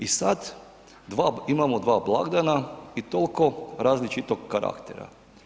I sad imamo dva blagdana i toliko različitog karaktera.